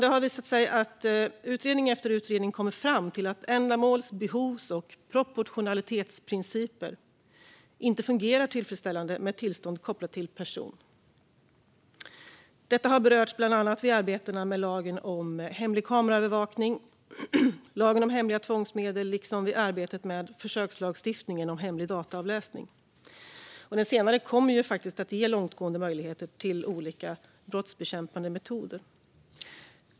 Det har visat sig att utredning efter utredning kommer fram till ändamåls, behovs och proportionalitetsprinciper inte fungerar tillfredsställande med tillstånd kopplat till person. Detta har berörts bland annat vid arbetet med lagen om hemlig kameraövervakning och lagen om hemliga tvångsmedel liksom vid arbetet med försökslagstiftningen om hemlig dataavläsning. Den senare kommer att ge långtgående möjligheter till olika brottsbekämpande metoder.